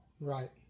Right